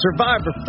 Survivor